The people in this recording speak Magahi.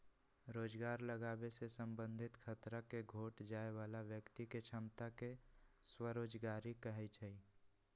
रोजगार लागाबे से संबंधित खतरा के घोट जाय बला व्यक्ति के क्षमता के स्वरोजगारी कहै छइ